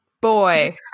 boy